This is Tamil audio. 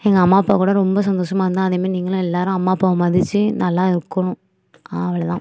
எங்கள் அம்மா அப்பா கூட ரொம்ப சந்தோஷமாக இருந்தேன் அதே மாரி நீங்களும் எல்லாரும் அம்மா அப்பாவை மதிச்சு நல்லா இருக்கணும் அவ்வளவு தான்